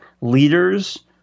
leaders